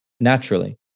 naturally